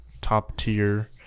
top-tier